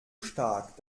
stark